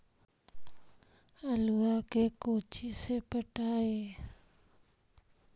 आलुआ के कोचि से पटाइए?